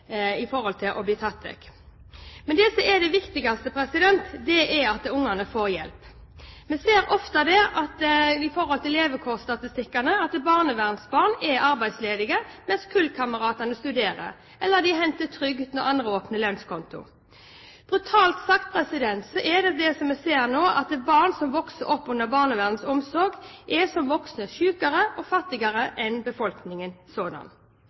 i forhold til å bli tatt vekk. Men det som er det viktigste, er at ungene får hjelp. Vi ser ofte av levekårsstatistikkene at barnevernsbarn er arbeidsledige, mens kullkameratene studerer, eller at de henter trygd når andre åpner lønnskonto. Brutalt sagt er det som vi ser nå, at barn som vokser opp under barnevernets omsorg, som voksne er sykere og fattigere enn befolkningen